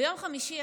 ביום חמישי,